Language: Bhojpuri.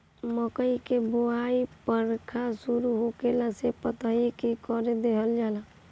मकई कअ बोआई बरखा शुरू होखला से पहिले ही कर देहल जाला